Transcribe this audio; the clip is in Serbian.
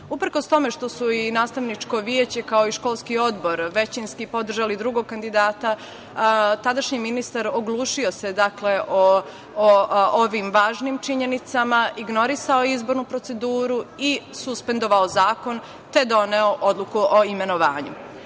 tome što su i nastavničko veće, kao i školski odbor, većinski podržali drugog kandidata, tadašnji ministar se oglušio o ovim važnim činjenicama, ignorisao izbornu proceduru i suspendovao zakon, te doneo odluku o imenovanju. Kolektiv